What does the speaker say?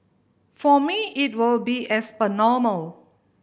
for me it will be as per normal